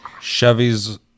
chevy's